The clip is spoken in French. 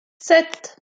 sept